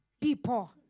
people